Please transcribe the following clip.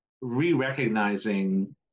re-recognizing